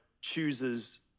chooses